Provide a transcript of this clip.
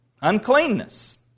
Uncleanness